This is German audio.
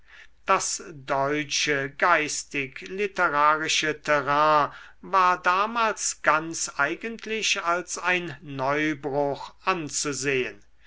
das deutsche geistig literarische terrain war damals ganz eigentlich als ein neubruch anzusehen